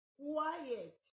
quiet